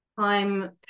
time